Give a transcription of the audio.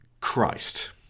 Christ